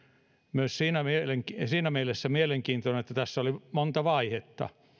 myös siinä mielessä mielenkiintoinen että tässä oli monta vaihetta